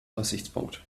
aussichtspunkt